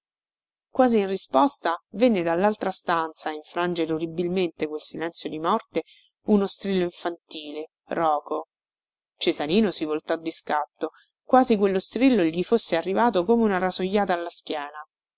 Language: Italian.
in risposta venne dallaltra stanza a infrangere orribilmente quel silenzio di morte uno strillo infantile roco cesarino si voltò di scatto quasi quello strillo gli fosse arrivato come una rasojata alla schiena